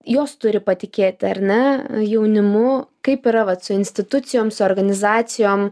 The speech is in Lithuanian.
jos turi patikėti ar ne jaunimu kaip yra vat su institucijom su organizacijom